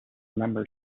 remember